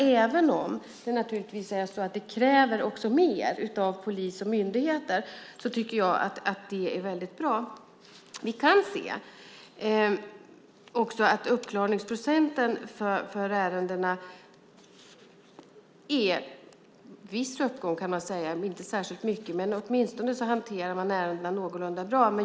Även om det naturligtvis kräver mer av polis och myndigheter tycker jag att det är väldigt bra. Vi kan se att det för uppklaringsprocenten i ärendena är en viss uppgång. Det är inte särskilt mycket, men åtminstone hanterar man ärendena någorlunda bra.